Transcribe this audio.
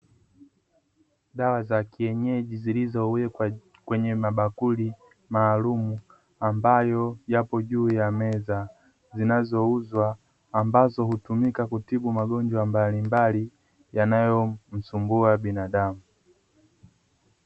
Dawa za kienyeji zilizowekwa kwenye mabakuli maalumu ambayo yapo juu ya meza, zinazouzwa. Ambazo hutumika kutibu magonjwa mbalimbali yanayomsumbua binadamu.